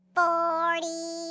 forty